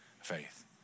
faith